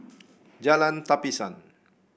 Jalan Tapisan